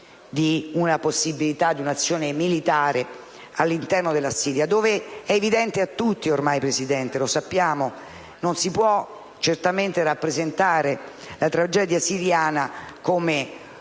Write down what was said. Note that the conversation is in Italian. - dei pericoli di un'azione militare all'interno della Siria. È evidente a tutti ormai, Presidente, lo sappiamo, che non si può certamente rappresentare la tragedia siriana come